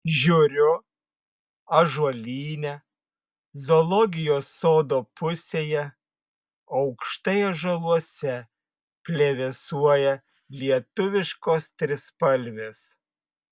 žiūriu ąžuolyne zoologijos sodo pusėje aukštai ąžuoluose plevėsuoja lietuviškos trispalvės